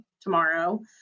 tomorrow